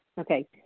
Okay